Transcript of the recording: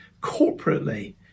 corporately